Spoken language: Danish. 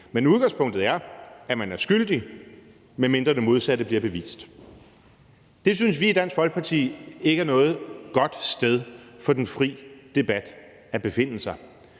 men udgangspunktet er, at man er skyldig, medmindre det modsatte bliver bevist. Det synes vi i Dansk Folkeparti ikke er noget godt sted for den fri debat at befinde sig.